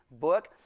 book